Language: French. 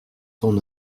son